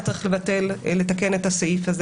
היה צריך לתקן גם את הסעיף הזה,